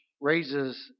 raises